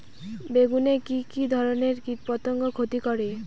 বেগুনে কি কী ধরনের কীটপতঙ্গ ক্ষতি করে?